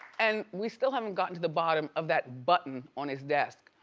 and we still haven't gotten to the bottom of that button on his desk.